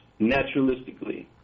naturalistically